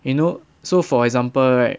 you know so for example right